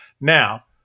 now